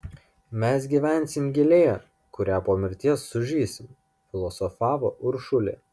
mes gyvensim gėlėje kuria po mirties sužysim filosofavo uršulė